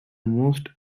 most